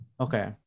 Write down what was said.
Okay